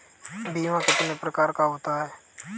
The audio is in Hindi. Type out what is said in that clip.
बीमा कितने प्रकार का होता है?